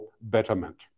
betterment